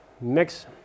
Next